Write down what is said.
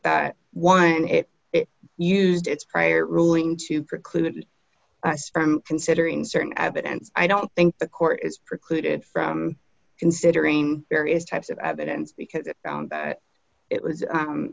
and if it used its prior ruling to preclude us from considering certain evidence i don't think the court is precluded from considering various types of evidence because it found that it was